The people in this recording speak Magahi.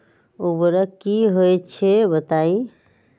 उर्वरक की होई छई बताई?